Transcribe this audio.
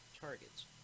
targets